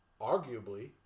arguably